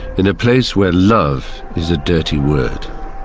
in a place where love is a dirty word,